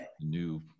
new